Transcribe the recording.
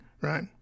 right